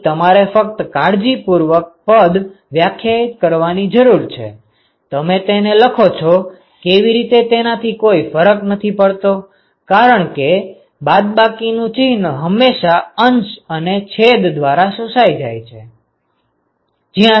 અહીં તમારે ફક્ત કાળજીપૂર્વક પદ વ્યાખ્યાયિત કરવાની જરૂર છે તમે તેને લખો છે કેવી રીતે તેનાથી કોઈ ફરક નથી પડતો કારણ કે બાદબાકીનું ચિહ્ન હંમેશા અંશ અને છેદ દ્વારા શોષાઈ જાય છે